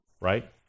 right